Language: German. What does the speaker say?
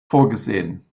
vorgesehen